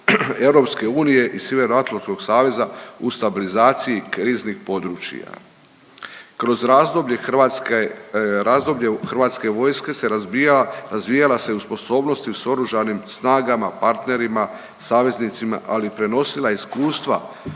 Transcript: nastojanju EU i Sjeveroatlantskog saveza u stabilizaciji kriznih područja. Kroz razdoblje Hrvatske, razdoblje u Hrvatske vojske se razbija, razvijana se u sposobnosti s oružanim snagama partnerima, saveznicima, ali i prenosila iskustva